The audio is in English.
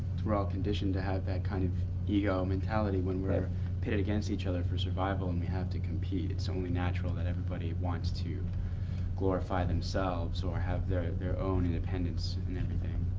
we're all conditioned to have that kind of ego mentality when we're pitted against each other for survival and we have to compete. it's only natural that everybody wants to glorify themselves or have their their own independence and everything.